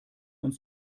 uns